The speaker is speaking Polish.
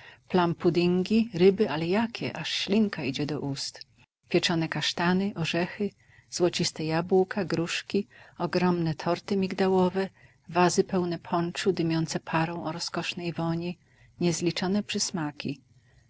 pasztety plumpuddingi ryby ale jakie aż ślinka idzie do ust pieczone kasztany orzechy złociste jabłka gruszki ogromne torty migdałowe wazy pełne ponczu dymiące parą o rozkosznej woni niezliczone przysmaki